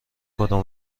کدوم